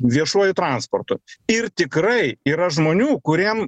viešuoju transportu ir tikrai yra žmonių kuriem